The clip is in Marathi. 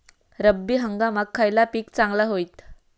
रब्बी हंगामाक खयला पीक चांगला होईत?